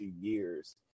years